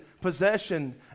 possession